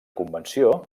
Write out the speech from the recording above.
convenció